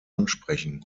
ansprechen